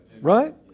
Right